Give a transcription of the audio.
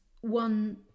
one